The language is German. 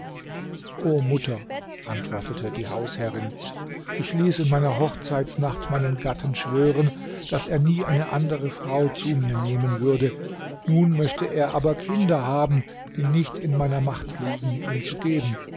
o mutter antwortete die hausherrin ich ließ in meiner hochzeitsnacht meinen gatten schwören daß er nie eine andere frau zu mir nehmen würde nun möchte er aber kinder haben die nicht in meiner macht liegen ihm zu geben